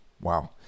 Wow